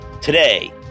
Today